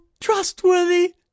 trustworthy